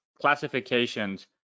classifications